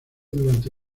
durante